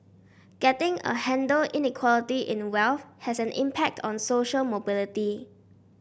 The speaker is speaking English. getting a handle Inequality in wealth has an impact on social mobility